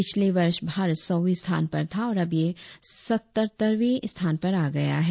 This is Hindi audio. पिछले वर्ष भारत सौवें स्थान पर था और अब यह सतत्तरवें स्थान पर आ गया है